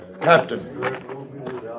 Captain